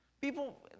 people